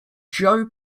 joe